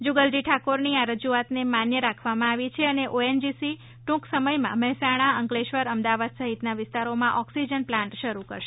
જુગલજી ઠાકોરની આ રજુઆતને માન્ય રાખવામાં આવી છે અને ઓએનજીસી ટ્રંક સમયમાં મહેસાણા અંકલેશ્વર અમદાવાદ સહિતના વિસ્તારોમાં ઓક્સિજન પ્લાન્ટ શરૂ કરાશે